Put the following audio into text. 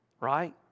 Right